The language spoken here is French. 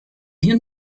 rien